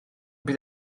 bydd